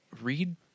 read